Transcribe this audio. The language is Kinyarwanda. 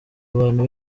abantu